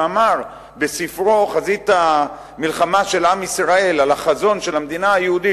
שאמר בספרו "חזית המלחמה של עם ישראל" על החזון של המדינה היהודית,